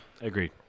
Agreed